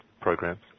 programs